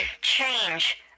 change